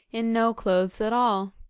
in no clothes at all.